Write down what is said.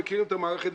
שמכירים את המערכת,